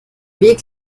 weg